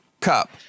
cup